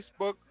Facebook